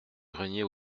grenier